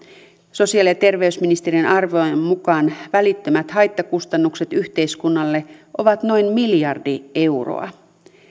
sosiaali ja terveysministeriön arvion mukaan välittömät haittakustannukset yhteiskunnalle ovat noin miljardi euroa